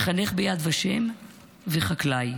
מחנך ביד ושם וחקלאי.